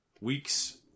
weeks